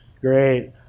great